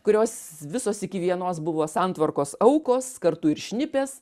kurios visos iki vienos buvo santvarkos aukos kartu ir šnipės